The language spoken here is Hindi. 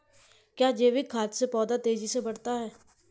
क्या जैविक खाद से पौधा तेजी से बढ़ता है?